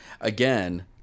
again